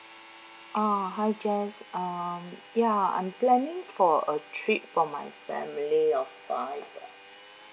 uh hi jess um ya I'm planning for a trip for my family of five